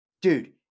Dude